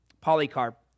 Polycarp